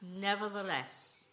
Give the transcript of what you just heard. nevertheless